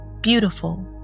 beautiful